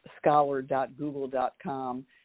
Scholar.Google.com